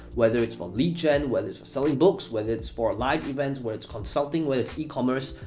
whether it's for lead gen, whether it's for selling books, whether it's for live events, whether it's consulting, whether it's e-commerce,